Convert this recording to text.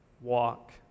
walk